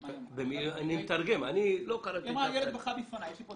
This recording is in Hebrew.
אני אתרגם לך את